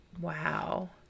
Wow